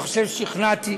אני חושב ששכנעתי.